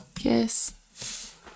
Yes